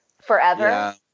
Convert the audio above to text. forever